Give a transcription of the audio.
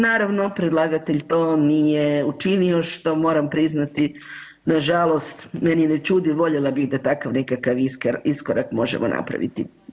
Naravno predlagatelj to nije učinio, što moram priznati nažalost mene ne čudi, voljela bih da takav nekakav iskorak možemo napraviti.